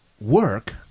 work